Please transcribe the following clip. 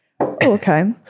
okay